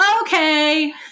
Okay